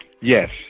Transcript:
Yes